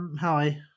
Hi